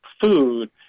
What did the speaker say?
food